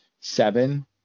seven